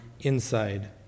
inside